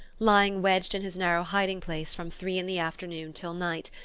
lying wedged in his narrow hiding-place from three in the afternoon till night,